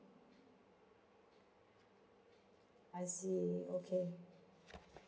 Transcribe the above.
I see okay